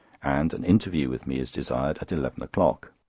and an interview with me is desired at eleven o'clock.